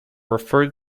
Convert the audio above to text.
referred